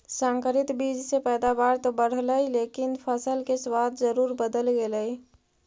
संकरित बीज से पैदावार तो बढ़लई लेकिन फसल के स्वाद जरूर बदल गेलइ